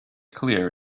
clear